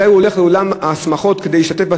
מתי הוא הולך לאולם השמחות כדי להשתתף,